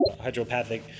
hydropathic